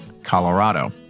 Colorado